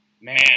Man